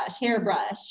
hairbrush